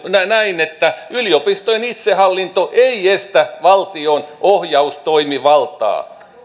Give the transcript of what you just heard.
näin että yliopistojen itsehallinto ei estä valtion ohjaustoimivaltaa